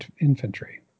infantry